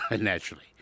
naturally